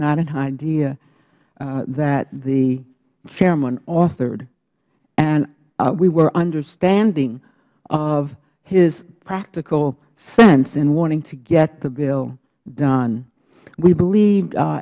not an idea that the chairman authored and we were understanding of his practical sense in wanting to get the bill done we believe